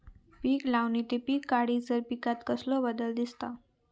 पीक लावणी ते पीक काढीसर पिकांत कसलो बदल दिसता?